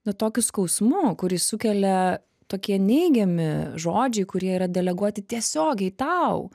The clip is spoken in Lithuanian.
na tokiu skausmu kurį sukelia tokie neigiami žodžiai kurie yra deleguoti tiesiogiai tau